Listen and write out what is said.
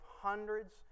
hundreds